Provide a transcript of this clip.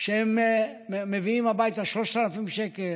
שהם מביאים הביתה 3,000 שקל,